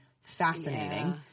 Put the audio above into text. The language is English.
fascinating